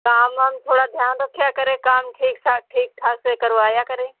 काम वाम थोड़ा ध्यान रखा करें काम ठीक ठाक ठीक ठाक से करवाया करें